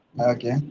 okay